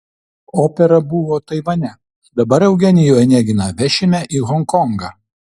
opera buvo taivane dabar eugenijų oneginą vešime į honkongą